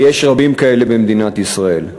ויש רבים כאלה במדינת ישראל.